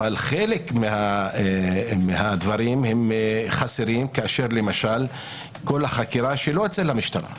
אבל חלק מהדברים הם חסרים כאשר למשל כל החקירה שלא אצל המשטרה.